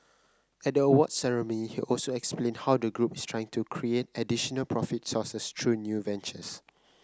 at the awards ceremony he also explained how the group is trying to create additional profit sources through new ventures